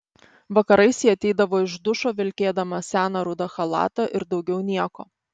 vakarais ji ateidavo iš dušo vilkėdama seną rudą chalatą ir daugiau nieko